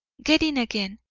get in again,